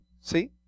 see